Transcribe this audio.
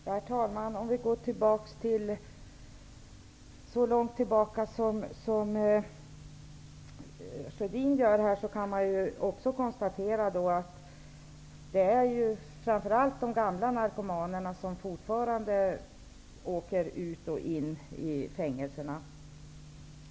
Herr talman! Karl Gustaf Sjödin går ganska långt tillbaka, och då kan man också konstatera att det framför allt är de gamla narkomanerna som fortfarande åker ut och in i fängelserna.